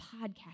podcast